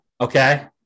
Okay